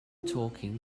talking